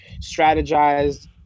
strategized